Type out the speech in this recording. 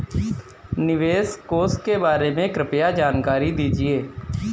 निवेश कोष के बारे में कृपया जानकारी दीजिए